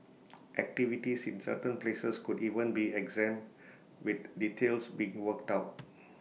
activities in certain places could even be exempt with details being worked out